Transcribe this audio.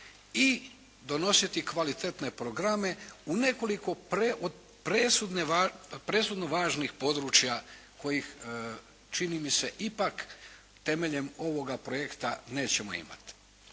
i donositi kvalitetne programe u nekoliko presudno važnih područja kojih čini mi se, ipak temeljem ovoga projekta nećemo imati.